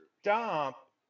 Stop